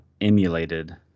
emulated